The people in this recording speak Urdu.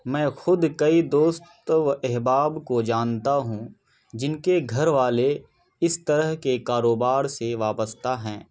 میں خود کوئی دوست و احباب کو جانتا ہوں جن کے گھر والے اس طرح کے کاروبار سے وابستہ ہیں